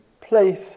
place